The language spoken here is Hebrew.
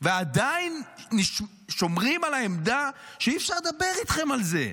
ועדיין שומרים על העמדה שאי-אפשר לדבר איתכם על זה.